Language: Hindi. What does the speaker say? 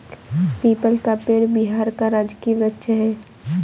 पीपल का पेड़ बिहार का राजकीय वृक्ष है